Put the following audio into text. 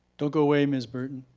don't go away ms. burton.